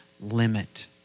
limit